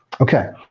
Okay